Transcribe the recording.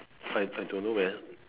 five I don't know man